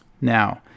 Now